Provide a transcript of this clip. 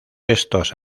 estos